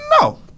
No